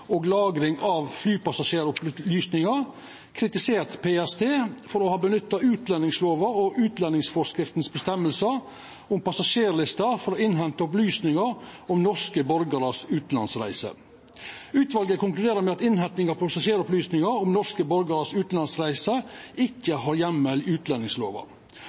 og lagring av flypassasjeropplysninger, kritiserte PST for å ha nytta utlendingslova og føresegner i utlendingsforskrifta om passasjerlister for å innhenta opplysningar om utanlandsreiser for norske borgarar. Utvalet konkluderer med at innhenting av passasjeropplysningar om utanlandsreiser for norske borgarar ikkje har heimel i utlendingslova.